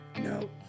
No